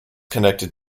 connected